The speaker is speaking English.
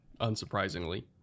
unsurprisingly